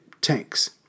tanks